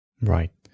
Right